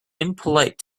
impolite